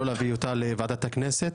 לא להביא אותה לוועדת הכנסת.